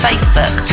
Facebook